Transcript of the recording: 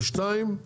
ושתיים,